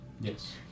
yes